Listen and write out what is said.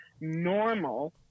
normal